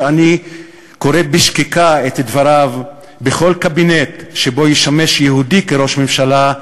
שאני קורא בשקיקה את דבריו: "בכל קבינט שבו ישמש יהודי כראש ממשלה,